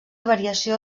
variació